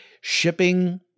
shipping